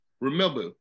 Remember